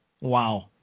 Wow